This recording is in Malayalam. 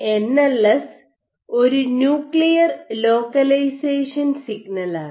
എൻ എൽ എസ് ഒരു ന്യൂക്ലിയർ ലോക്കലൈസേഷൻ സിഗ്നലാണ്